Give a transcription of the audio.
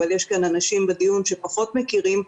אבל יש כאן אנשים בדיון שפחות מכירים,